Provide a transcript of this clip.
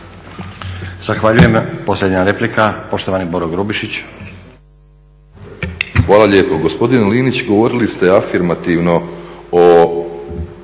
Zahvaljujem. Posljednja replika poštovani Boro Grubišić.